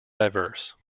diverse